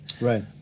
Right